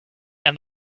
and